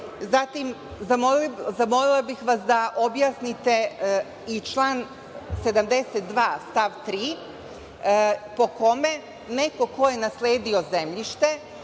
Zatim, zamolila bih vas da nam objasnite i član 72. stav 3. po kome neko ko je nasledio zemljište